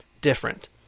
different